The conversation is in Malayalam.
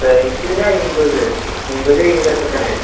റേറ്റ് ഒരു അൻപത് അൻപത് എഴുപത് ഒക്കെ തന്നെ